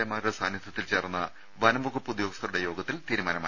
എമാരുടെ സാന്നിധ്യത്തിൽ ചേർന്ന വനംവകുപ്പ് ഉദ്യോഗസ്ഥരുടെ യോഗത്തിൽ തീരുമാനമായി